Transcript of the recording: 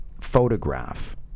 photograph